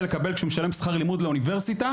לקבל כשהוא משלם שכר לימוד לאוניברסיטה,